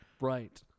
Right